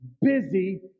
busy